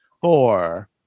Four